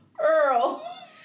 Earl